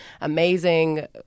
amazing